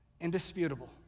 indisputable